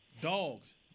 Dogs